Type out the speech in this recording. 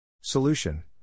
Solution